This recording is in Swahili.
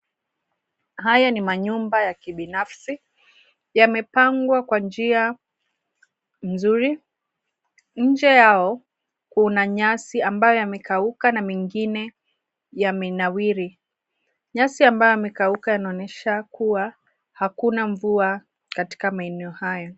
Haya ni manyumba ya kibinafsi yamepangwa kwa njia nzuri. Nje yao kuna nyasi ambayo yamekauka na mengine yamenawiri. Nyasi ambayo yamekauka yanaonyesha kuwa hakuna mvua katika maeneo haya.